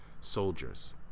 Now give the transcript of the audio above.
soldiers